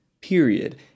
period